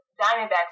Diamondback's